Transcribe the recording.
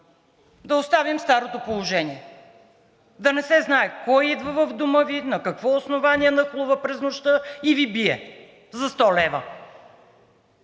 Да оставим старото положение. Да не се знае кой идва в дома Ви, на какво основание нахлува през нощта и Ви бие за 100 лв.,